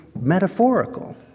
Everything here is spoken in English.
metaphorical